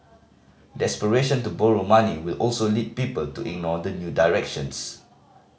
desperation to borrow money will also lead people to ignore the new directions